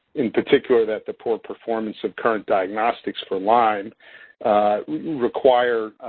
in particular, that the poor performance of current diagnostics for lyme require,